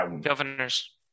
Governors